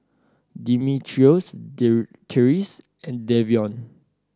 Dimitrios Therese and Davion